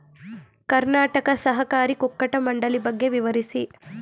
ಕರ್ನಾಟಕ ಸಹಕಾರಿ ಕುಕ್ಕಟ ಮಂಡಳಿ ಬಗ್ಗೆ ವಿವರಿಸಿ?